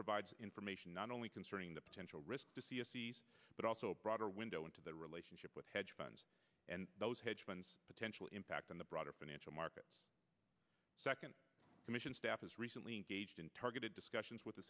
provides information not only concerning the potential risks to see it but also a broader window into the relationship with hedge funds and those hedge funds potential impact on the broader financial markets second commission staff has recently engaged targeted discussions with the